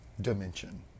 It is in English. dimension